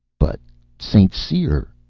but st. cyr